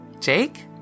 Jake